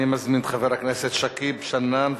אני מזמין את חבר הכנסת שכיב שנאן.